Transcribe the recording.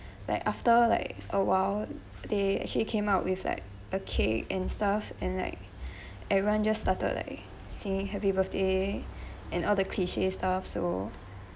like after like a while they actually came out with like a cake and stuff and like everyone just started like singing happy birthday and all the cliche stuff so